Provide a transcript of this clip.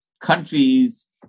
countries